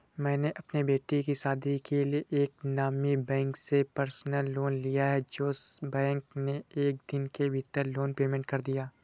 मैंने अपने बेटे की शादी के लिए एक नामी बैंक से पर्सनल लोन लिया है जो बैंक ने एक दिन के भीतर लोन पेमेंट कर दिया